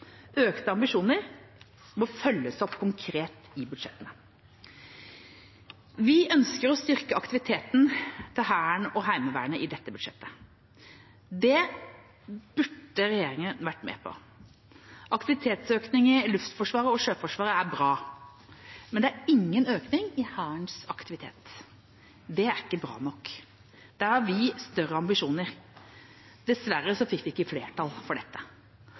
Økte ambisjoner må følges opp konkret i budsjettene. Vi ønsker å styrke aktiviteten til Hæren og Heimevernet i dette budsjettet. Det burde regjeringa vært med på. Aktivitetsøkning i Luftforsvaret og Sjøforsvaret er bra, men det er ingen økning i Hærens aktivitet. Det er ikke bra nok. Der har vi større ambisjoner. Dessverre fikk vi ikke flertall for dette.